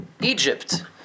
Egypt